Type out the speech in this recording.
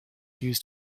used